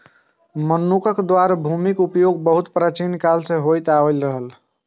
मनुक्ख द्वारा भूमिक उपयोग बहुत प्राचीन काल सं होइत आयल छै